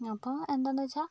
അപ്പം എന്താന്ന് വെച്ചാൽ